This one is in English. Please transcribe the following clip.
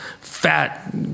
fat